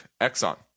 Exxon